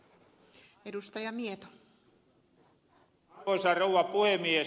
arvoisa rouva puhemies